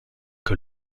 que